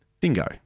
dingo